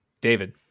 David